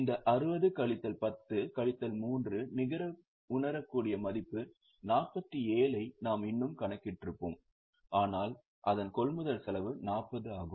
இந்த 60 கழித்தல் 10 கழித்தல் 3 நிகர உணரக்கூடிய மதிப்பு 47 ஐ நாம் இன்னும் கணக்கிட்டிருப்போம் ஆனால் அதன் கொள்முதல் செலவு 40 ஆகும்